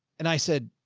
and i said,